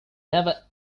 never